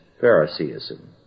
Phariseeism